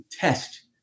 test